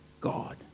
God